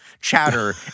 chatter